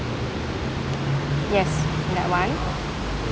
yes that one